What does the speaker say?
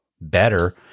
better